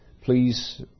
Please